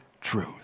truth